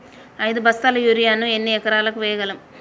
ఐదు బస్తాల యూరియా ను ఎన్ని ఎకరాలకు వేయగలము?